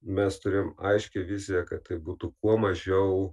mes turėjom aiškią viziją kad tai būtų kuo mažiau